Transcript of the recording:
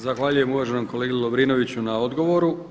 Zahvaljujem uvaženom kolegi Lovrinoviću na odgovoru.